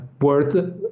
worth